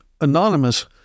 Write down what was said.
anonymous